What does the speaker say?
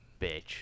bitch